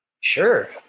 Sure